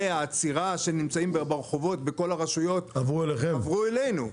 העצירה שנמצאים ברחובות בכל הרשויות עברו אלינו,